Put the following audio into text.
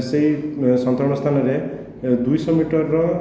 ସେହି ସନ୍ତରଣ ସ୍ଥାନରେ ଦୁଇଶହ ମିଟରର